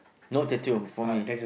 no tattoo for me